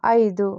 ಐದು